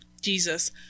Jesus